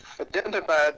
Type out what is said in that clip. identified